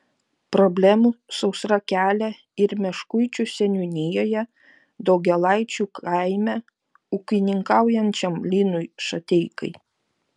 problemų sausra kelia ir meškuičių seniūnijoje daugėlaičių kaime ūkininkaujančiam linui šateikai